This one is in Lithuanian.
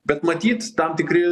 bet matyt tam tikri